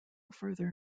further